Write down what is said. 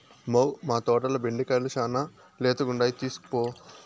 మ్మౌ, మా తోటల బెండకాయలు శానా లేతగుండాయి తీస్కోపో